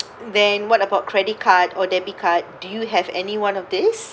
then what about credit card or debit card do you have any one of these